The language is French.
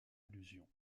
allusion